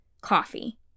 Coffee